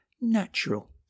natural